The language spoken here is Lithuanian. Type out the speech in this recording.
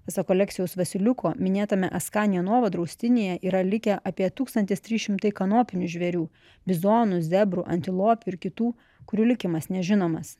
pasak oleksijaus vasiliuko minėtame askanija nova draustinyje yra likę apie tūkstantis trys šimtai kanopinių žvėrių bizonų zebrų antilopių ir kitų kurių likimas nežinomas